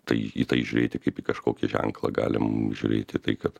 tai į tai žiūrėti kaip į kažkokį ženklą galim žiūrėti tai kad